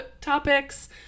topics